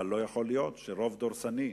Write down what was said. אבל לא יכול להיות שרוב דורסני,